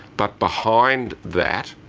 but behind that,